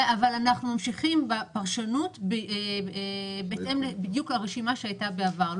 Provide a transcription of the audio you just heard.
אבל אנחנו ממשיכים בפרשנות בהתאם לרשימה שהייתה בעבר.